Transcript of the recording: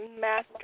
master